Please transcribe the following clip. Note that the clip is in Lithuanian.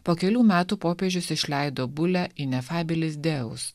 po kelių metų popiežius išleido bulę inefabilizdeus